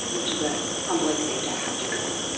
which is a humbling thing to have to google.